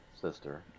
sister